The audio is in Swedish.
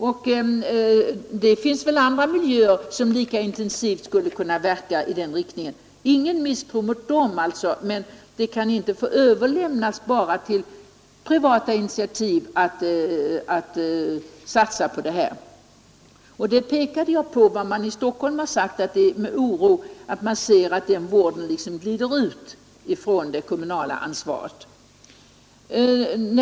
Och det finns säkert andra miljöer som skulle kunna verka lika intensivt i den riktningen. Jag hyser alltså ingen misstro mot dem, men det kan inte få överlåtas bara till privata initiativ att satsa på den här vården. Jag pekade på att man i Stockholm har anfört att man med oro ser att den vården glider ut från det kommunala ansvaret.